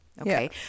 Okay